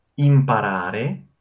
Imparare